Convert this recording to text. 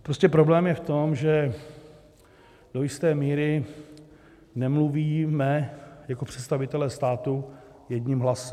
Prostě problém je v tom, že do jisté míry nemluvíme jako představitelé státu jedním hlasem.